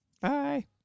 Bye